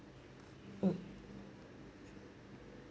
mm